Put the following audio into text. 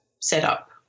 setup